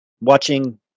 watching